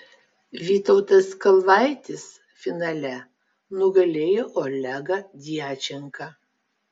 vytautas kalvaitis finale nugalėjo olegą djačenką